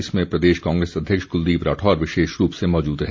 इसमें प्रदेश कांग्रेस अध्यक्ष कुलदीप राठौर विशेष रूप से मौजूद रहे